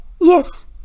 Yes